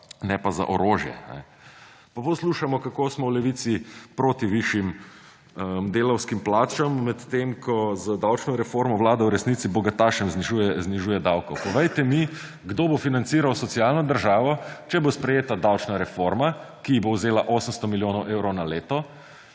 ne pa za orožje. Pa poslušamo, kako smo v Levici proti višjim delavskim plačam, medtem ko z davčno reformo vlada v resnici bogatašem znižuje davke. Povejte mi, kdo bo financiral socialno državo, če bo sprejeta davčna reforma, ki ji bo vzela 800 milijonov evrov na leto,